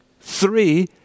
Three